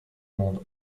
monde